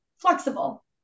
flexible